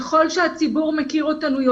ככל שהציבור יותר,